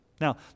Now